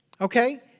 okay